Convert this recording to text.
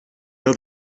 know